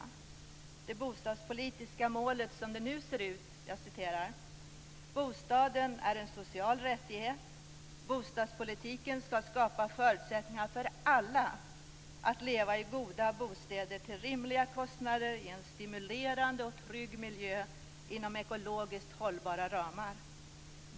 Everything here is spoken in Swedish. Så här skall det bostadspolitiska målet nu se ut: "Bostaden är en social rättighet och bostadspolitiken skall skapa förutsättningar för alla att leva i goda bostäder till rimliga kostnader och i en stimulerande och trygg miljö inom ekologiskt hållbara ramar.